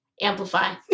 amplify